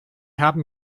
haben